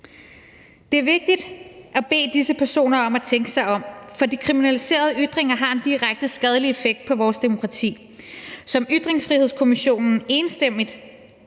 Det er vigtigt at bede disse personer om at tænke sig om, for de kriminaliserede ytringer har en direkte skadelig effekt på vores demokrati. Som Ytringsfrihedskommissionen enstemmigt